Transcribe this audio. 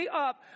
up